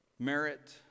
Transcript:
Merit